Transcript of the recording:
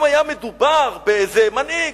אם היה מדובר באיזה מנהיג,